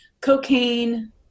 cocaine